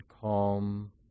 calm